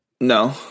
No